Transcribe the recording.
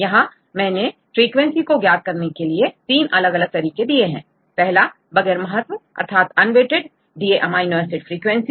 यहां मैंने फ्रीक्वेंसी को ज्ञात करने के तीन अलग अलग तरीके दिए हैं पहला बगैर महत्त्व दिए एमिनो एसिड फ्रीक्वेंसी